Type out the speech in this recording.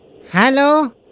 Hello